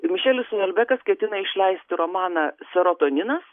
ir mišelis uelbekas ketina išleisti romaną serotoninas